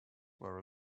were